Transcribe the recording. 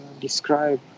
describe